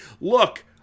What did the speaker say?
look